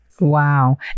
Wow